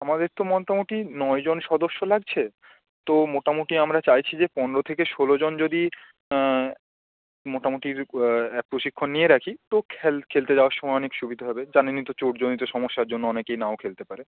আমাদের তো মোটামুটি নয়জন সদস্য লাগছে তো মোটামুটি আমরা চাইছি যে পনেরো থেকে ষোলোজন যদি মোটামুটি প্রশিক্ষণ নিয়ে রাখি তো খেলতে যাওয়ার সময় অনেক সুবিধা হবে জানেনই তো চোটজনিত সমস্যার জন্য অনেকেই নাও খেলতে পারে